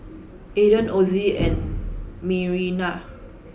Aden Ozi and Mirinda